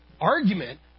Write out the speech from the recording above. argument